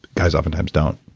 guys oftentimes don't.